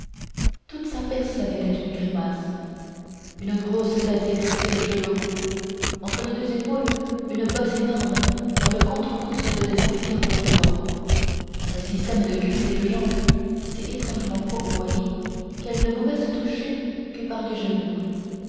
toute sa personne était une grimace une grosse tête hérissée de cheveux roux entre les deux épaules une bosse énorme dont le contre-coup se faisait sentir par devant un système de cuisses et de jambes si étrangement fourvoyées qu'elles ne pouvaient se toucher que par les genoux